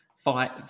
fight